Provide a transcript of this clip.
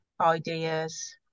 ideas